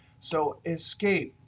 so escape,